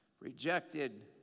rejected